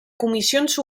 comissions